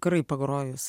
karai pagrojus